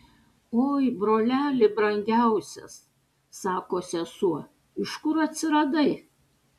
oi broleli brangiausias sako sesuo iš kur atsiradai